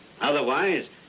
Otherwise